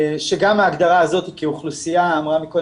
רועי, לגבי חיכוכים עם המשטרה, כאן המיקוד הוא